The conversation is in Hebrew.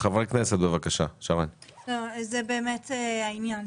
זה באמת העניין,